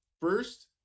first